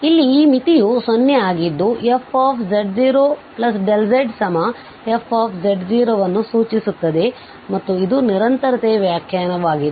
ಆದ್ದರಿಂದ ಇಲ್ಲಿ ಈ ಮಿತಿಯು 0 ಆಗಿದ್ದು ಅದು fz0z f ಅನ್ನು ಸೂಚಿಸುತ್ತದೆ ಮತ್ತು ಇದು ನಿರಂತರತೆಯ ವ್ಯಾಖ್ಯಾನವಾಗಿದೆ